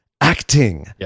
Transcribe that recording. acting